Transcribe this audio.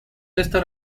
esta